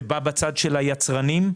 זה בצד של היצרנים,